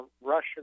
Russian